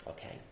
Okay